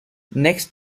next